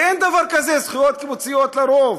כי אין דבר כזה זכויות קיבוציות לרוב.